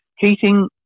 Keating